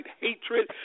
hatred